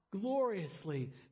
gloriously